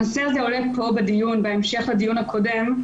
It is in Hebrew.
הנושא הזה עולה פה בדיון בהמשך לדיון הקודם,